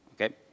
Okay